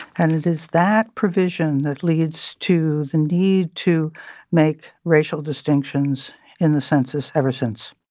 and it is that provision that leads to the need to make racial distinctions in the census ever since